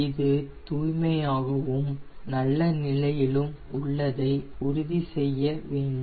இது தூய்மையாகவும் நல்ல நிலையிலும் உள்ளதை உறுதி செய்ய வேண்டும்